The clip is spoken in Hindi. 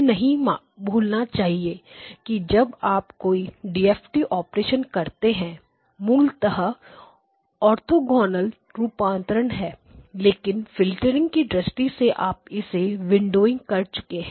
हमें नहीं भूलना चाहिए कि जब आप कोई डीएफटी ऑपरेशन करते हैं मूलतः ऑर्थोंगोनल रूपांतरण है लेकिन फिल्टरिंग की दृष्टि से आप इसे विंडोइंग कर चुके हैं